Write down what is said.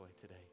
today